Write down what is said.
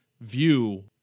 view